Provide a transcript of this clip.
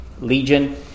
legion